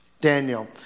Daniel